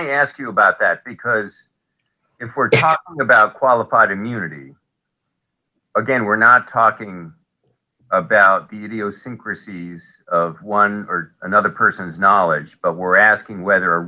i ask you about that because if we're about qualified immunity again we're not talking about the idiosyncrasies of one another person's knowledge of we're asking whether a